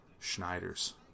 Schneider's